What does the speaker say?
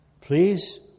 please